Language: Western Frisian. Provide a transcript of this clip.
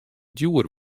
djoer